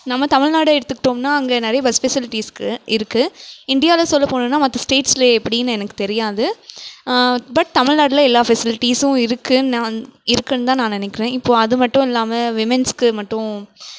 நம்ம தமிழ் நாட்டை எடுத்துகிட்டோம்னால் அங்கே நிறைய பஸ் ஃபெசிலிட்டிஸ் இருக்குது இருக்குது இந்தியாவில் சொல்ல போகணுன்னா மற்ற ஸ்டேட்ஸ்லே எப்படினு எனக்கு தெரியாது பட் தமிழ் நாட்டில் எல்லா ஃபெசிலிட்டிஸ்ஸும் இருக்குது நான் இருக்குதுன்தான் நான் நினக்கிறேன் இப்போது அது மட்டும் இல்லாமல் விமன்ஸ்க்கு மட்டும்